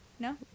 No